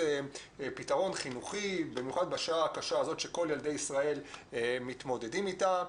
פתרון חינוכי במיוחד בשעה השעה הזאת שכל ילדי ישראל מתמודדים איתה.